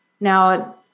now